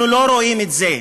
אנחנו לא רואים את זה.